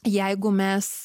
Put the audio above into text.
jeigu mes